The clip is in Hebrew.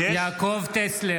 (קורא בשם חבר הכנסת) יעקב טסלר,